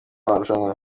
marushanwa